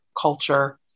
culture